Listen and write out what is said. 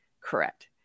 correct